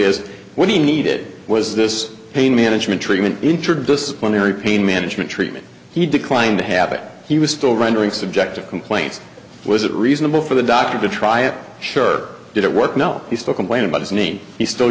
is what he needed was this pain management treatment interdisciplinary pain management treatment he declined to have it he was still rendering subjective complaints was it reasonable for the doctor to try it sure did it work no he still complain about his name he still